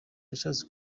yashatse